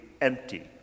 empty